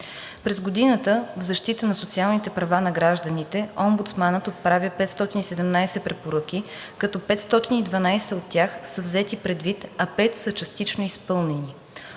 През годината в защита на социалните права на гражданите омбудсманът отправя 517 препоръки, като 512 от тях са взети предвид, а 5 са частично изпълнени.